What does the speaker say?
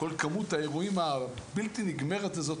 כל כמות האירועים הבלתי נגמרת הזאת,